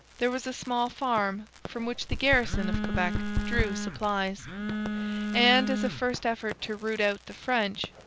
there was a small farm from which the garrison of quebec drew supplies and, as a first effort to root out the french,